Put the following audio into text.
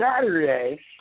Saturday